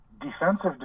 defensive